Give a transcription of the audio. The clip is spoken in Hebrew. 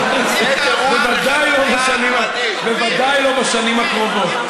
בוודאי לא בשנים הקרובות.